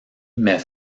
met